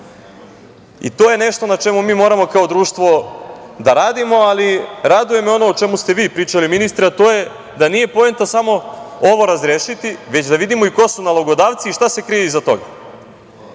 To je nešto na čemu mi moramo kao društvo da radimo. Ali, raduje me ono o čemu ste vi pričali, ministre, a to je da nije poenta samo ovo razrešiti, već da vidimo i ko su nalogodavci i šta se krije iza toga.